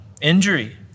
injury